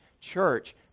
Church